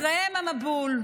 אחריהם המבול.